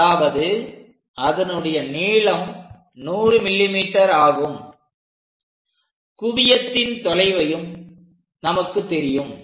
அதாவது அதனுடைய நீளம் 100 mm ஆகும் குவியத்தின் தொலைவும் நமக்கு தெரியும்